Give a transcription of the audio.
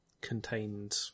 contained